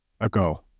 ago